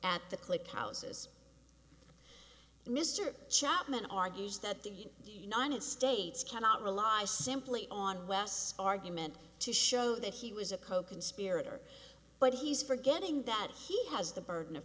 at the click causes mr chapman argues that the united states cannot rely simply on wes argument to show that he was a coconspirator but he's forgetting that he has the burden of